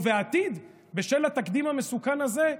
ובעתיד, בשל התקדים המסוכן הזה,